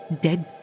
dead